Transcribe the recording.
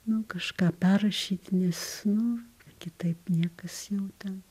nu kažką perrašyti nes nu kitaip niekas jau ten